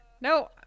No